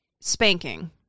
spanking